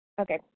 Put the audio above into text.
Okay